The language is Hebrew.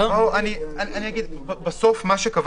מה שקבע